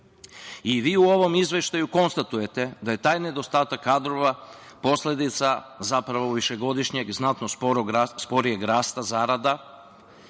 u ovom izveštaju konstatujete da je taj nedostatak kadrova posledica višegodišnjeg znatno sporijeg rasta zarada